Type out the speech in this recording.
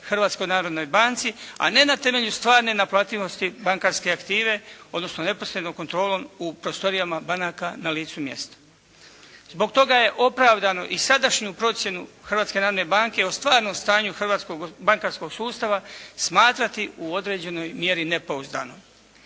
Hrvatskoj narodnoj banci, a ne na temelju stvarne naplativosti bankarske aktive odnosno neposrednom kontrolom u prostorijama banaka na licu mjesta. Zbog toga je opravdano i sadašnju procjenu Hrvatske narodne banke o stvarnom stanju hrvatskog bankarskog sustava smatrati u određenoj mjeri nepouzdanom.